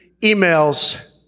emails